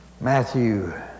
Matthew